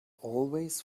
always